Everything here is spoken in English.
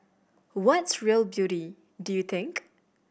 what's real beauty do you think